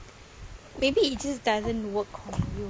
maybe it just doesn't work on you